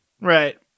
Right